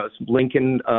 Lincoln